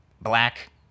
black